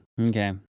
Okay